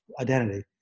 identity